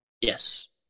Yes